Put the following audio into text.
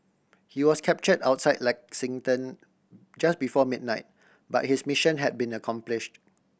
he was capture outside Lexington just before midnight but his mission had been accomplished